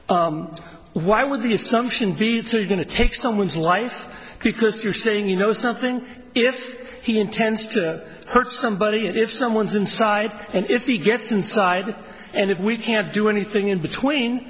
why would the assumption be going to take someone's life because you're saying you know something if he intends to hurt somebody and if someone's inside and if he gets inside and if we can't do anything in between